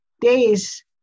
days